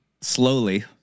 slowly